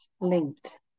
linked